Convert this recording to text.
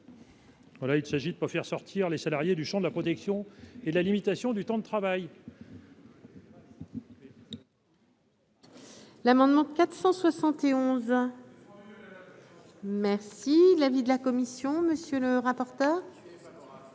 Il s'agit de ne pas faire sortir les salariés du champ de la protection de la limitation du temps de travail.